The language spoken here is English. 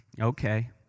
Okay